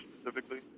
specifically